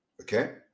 Okay